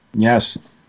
Yes